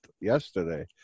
yesterday